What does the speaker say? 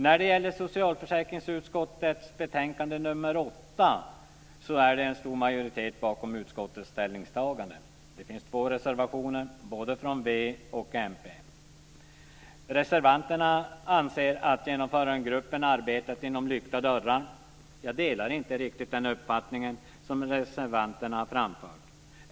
När det gäller socialförsäkringsutskottets betänkande nr 8 är det en stor majoritet bakom utskottets ställningstagande. Det finns två reservationer, båda från v och mp. Reservanterna anser att Genomförandegruppen har arbetat bakom lyckta dörrar. Jag delar inte riktigt den uppfattning som reservanterna har framfört.